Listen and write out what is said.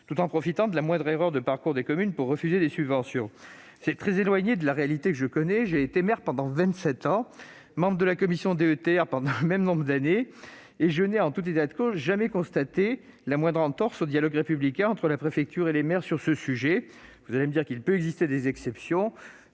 tout en profitant de la moindre erreur de parcours des communes pour leur refuser des subventions ... C'est un tableau très éloigné de la réalité que je connais. J'ai été maire pendant vingt-sept ans, membre de la commission DETR pendant le même nombre d'années, et je n'ai, en tout état de cause, jamais constaté la moindre entorse au dialogue républicain entre la préfecture et les maires sur ce sujet. Certes, il existe sans doute des exceptions.